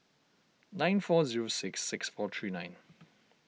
nine four zero six six four three nine